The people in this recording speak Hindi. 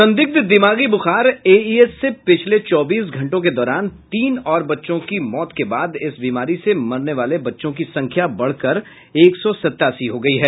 संदिग्ध दिमागी बुखार एईएस से पिछले चौबीस घंटों के दौरान तीन और बच्चों की मौत के बाद इस बीमारी से मरने वाले बच्चों की संख्या बढ़कर एक सौ सतासी हो गयी है